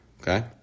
okay